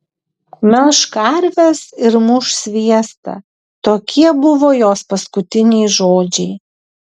melš karves ir muš sviestą tokie buvo jos paskutiniai žodžiai